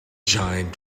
giant